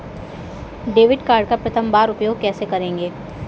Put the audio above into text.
Debit card का प्रथम बार उपयोग कैसे करेंगे?